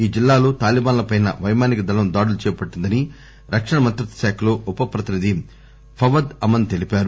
ఈ జిల్లాలో తాలీబన్ ల పై పైమానిక దళం దాడులు చేపట్టిందని రక్షణ మంత్రిత్వశాఖలో ఉపప్రతినిధి ఫవద్ అమన్ తెలిపారు